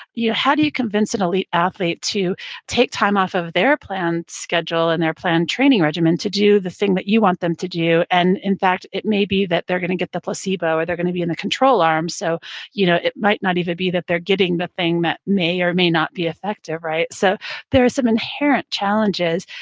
how do you convince an elite athlete to take time off of their plan schedule and their plan training regimen to do the thing that you want them to do and, in fact, it may be that they're going to get the placebo or they're going to be in the control arm, so you know it might not even be that they're getting the thing that may or may not be effective so there are some inherent challenges,